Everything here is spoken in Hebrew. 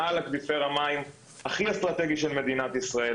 מעל אקוויפר המים הכי אסטרטגי של מדינת ישראל,